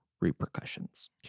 repercussions